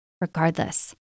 regardless